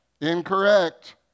incorrect